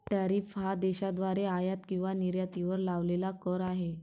tariff हा देशाद्वारे आयात किंवा निर्यातीवर लावलेला कर आहे